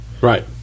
Right